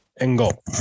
angle